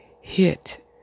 hit